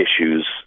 issues